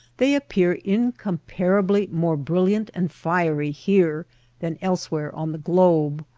they appear incomparably more brilliant and fiery here than elsewhere on the globe.